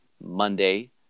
Monday